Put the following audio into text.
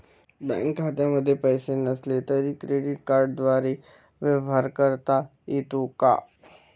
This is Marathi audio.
बँक खात्यामध्ये पैसे नसले तरी क्रेडिट कार्डद्वारे व्यवहार करता येतो का?